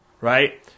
Right